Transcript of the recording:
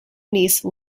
niece